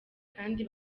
kandi